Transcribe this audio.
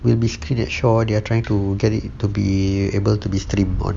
will be screened at Shaw they're trying to get it to be able to be streamed on